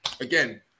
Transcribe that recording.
again